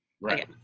Right